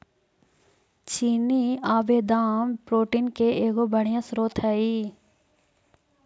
चिनिआबेदाम protein के एगो बढ़ियाँ स्रोत हई